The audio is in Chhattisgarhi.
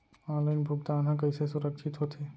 ऑनलाइन भुगतान हा कइसे सुरक्षित होथे?